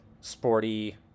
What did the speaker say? sporty